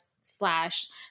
slash